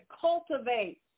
cultivate